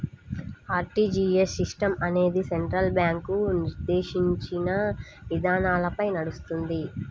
RTGS system అనేది central bank నిర్దేశించిన విధానాలపై నడుస్తుంది